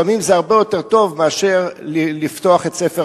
לפעמים זה הרבה יותר טוב מאשר לפתוח את ספר